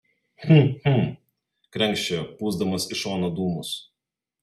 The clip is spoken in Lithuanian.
hm hm krenkščiojo pūsdamas į šoną dūmus